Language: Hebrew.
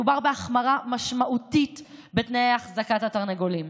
מדובר בהחמרה משמעותית בתנאי החזקת התרנגולים.